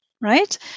right